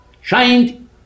shined